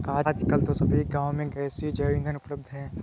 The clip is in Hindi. आजकल तो सभी गांव में गैसीय जैव ईंधन उपलब्ध है